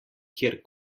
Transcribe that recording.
kjer